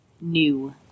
new